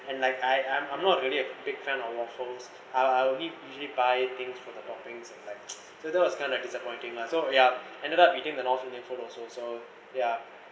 and like I I'm I'm not really a big fan of waffles I I only usually buy things for the toppings and like so that was of disappointing lah so yup ended up eating the north indian food also so ya